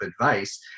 advice